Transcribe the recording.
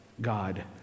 God